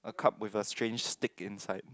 a cup with a strange stick inside